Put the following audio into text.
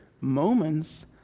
moments